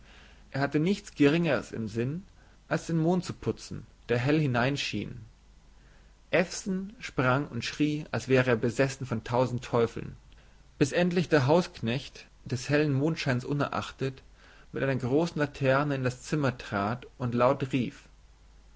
er hatte nichts geringeres im sinn als den mond zu putzen der hell hineinschien ewson sprang und schrie als wäre er besessen von tausend teufeln bis endlich der hausknecht des hellen mondscheins unerachtet mit einer großen laterne in das zimmer trat und laut rief